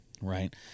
right